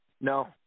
No